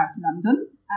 London